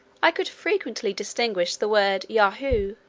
i could frequently distinguish the word yahoo,